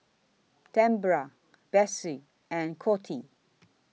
Tambra Bessie and Coty